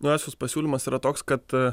naujasis pasiūlymas yra toks kad